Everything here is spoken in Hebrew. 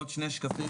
עוד שני שקפים.